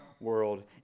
world